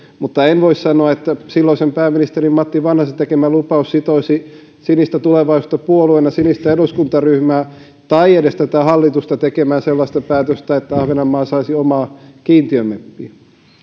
mutta en voi sanoa että silloisen pääministeri matti vanhasen tekemä lupaus sitoisi sinistä tulevaisuutta puolueena sinistä eduskuntaryhmää tai edes tätä hallitusta tekemään sellaista päätöstä että ahvenanmaa saisi omaa kiintiömeppiä